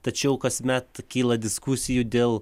tačiau kasmet kyla diskusijų dėl